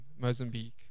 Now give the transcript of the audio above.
mozambique